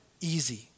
easy